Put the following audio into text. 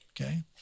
okay